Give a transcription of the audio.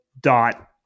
dot